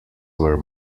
were